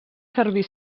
servir